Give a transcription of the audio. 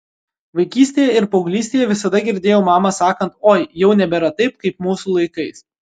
vaikystėje ir paauglystėje visada girdėjau mamą sakant oi jau nebėra taip kaip mūsų laikais